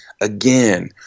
Again